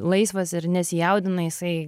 laisvas ir nesijaudina jisai